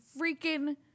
freaking